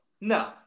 no